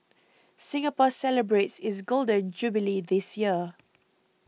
Singapore celebrates its Golden Jubilee this year